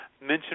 mention